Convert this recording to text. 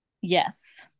yes